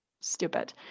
stupid